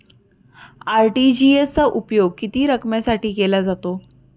RTGS चा उपयोग किती रकमेसाठी केला जातो?